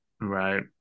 Right